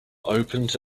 opened